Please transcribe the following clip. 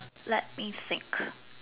let me think